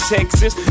Texas